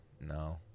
No